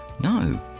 No